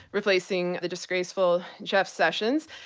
replacing the disgraceful jeff sessions,